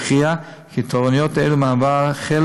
והוא הכריע כי תורנויות אלו מהוות חלק